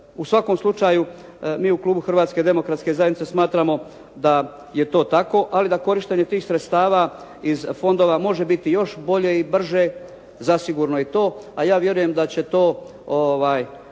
U svakom slučaju, mi u klubu Hrvatske demokratske zajednice smatramo da je to tako, ali da korištenje tih sredstava iz fondova može biti još bolje i brže, zasigurno i to. A ja vjerujem da će to